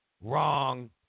wrong